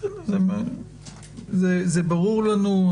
ברור לנו.